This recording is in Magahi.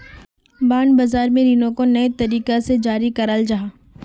बांड बाज़ार में रीनो को नए तरीका से जारी कराल जाहा